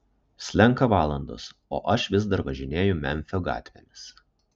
slenka valandos o aš vis dar važinėju memfio gatvėmis